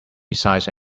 besides